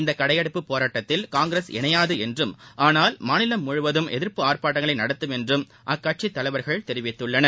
இந்த கடையடைப்ப போராட்டத்தில் காங்கிரஸ் இணையாது என்றும் ஆனால் மாநிலம் முழுவதும் எதிர்ப்பு ஆர்பாட்டங்களை நடத்தும் என்றும் அக்கட்சி தலைவர்கள் தெரிவித்துள்ளனர்